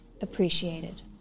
appreciated